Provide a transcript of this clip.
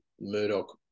Murdoch